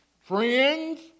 Friends